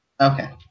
Okay